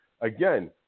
Again